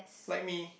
like me